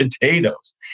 potatoes